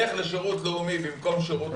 לך לשירות לאומי במקום שירות צבאי.